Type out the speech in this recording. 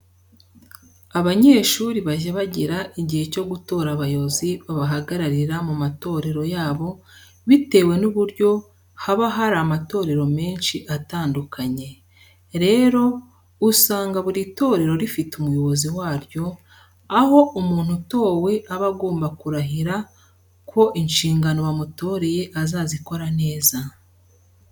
Abanyeshuri bajya bagira igihe cyo gutora abayobozi babahagararira mu matorero yabo bitewe n'uburyo haba hari amatorero menshi atandukanye. Rero, usanga buri torero rifite umuyobozi waryo, aho umuntu utowe aba agomba kurahira ko inshingano bamutoreye azazikora neza.